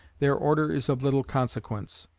their order is of little consequence.